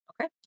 Okay